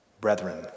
Brethren